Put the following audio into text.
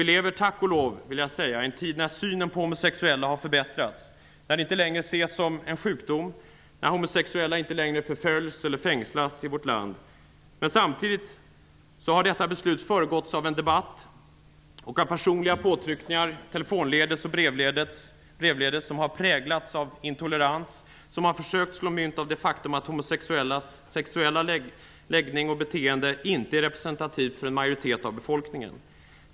Vi lever, tack och lov, i en tid när synen på homosexuella har förbättrats, när det inte längre ses som en sjukdom och när homosexuella inte längre förföljs eller fängslas i vårt land. Men samtidigt har detta beslut föregåtts av en debatt och av personliga påtryckningar, telefonledes och brevledes, som har präglats av intolerans. Man har försökt slå mynt av det faktum att homosexuellas sexuella läggning och beteende inte är representantivt för en majoritet av befolkningen.